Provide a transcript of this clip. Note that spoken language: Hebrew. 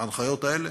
ההנחיות האלה,